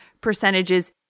percentages